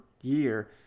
year